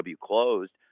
closed